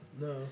no